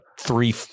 Three